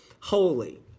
holy